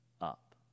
up